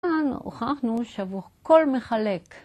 כאן הוכחנו שעבור כל מחלק.